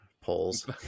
polls